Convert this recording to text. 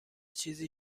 چیز